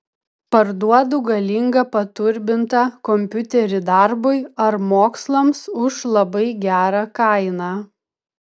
parduodu galingą paturbintą kompiuterį darbui ar mokslams už labai gerą kainą